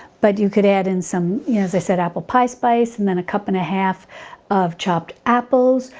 but you could add in some, you know, as i said, apple pie spice, and then a cup and a half of chopped apples,